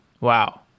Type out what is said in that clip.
Wow